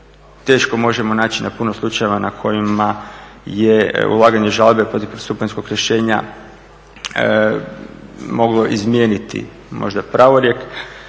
teško možemo naći na puno slučajeva na kojima je ulaganje žalbe protiv prvostupanjskog rješenja moglo izmijeniti možda pravorijek.